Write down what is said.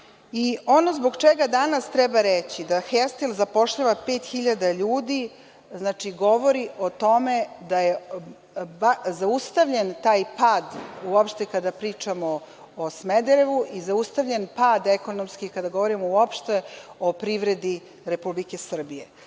zbog čega danas treba reći da „Hestil“ zapošljava pet hiljada ljudi govori o tome da je zaustavljen taj pad uopšte kada pričamo o Smederevu i zaustavljen pad ekonomski kada govorimo uopšte o privredi Republike Srbije.